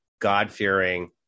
God-fearing